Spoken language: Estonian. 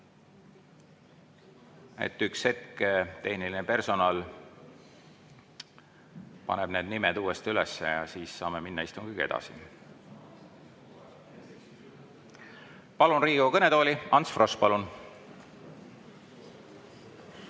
Üks hetk, tehniline personal paneb need nimed uuesti üles ja siis saame minna istungiga edasi. Palun Riigikogu kõnetooli, Ants Frosch! Palun!